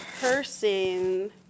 person